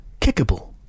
kickable